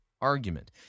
argument